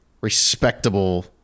respectable